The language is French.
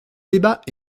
débat